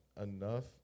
enough